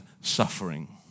suffering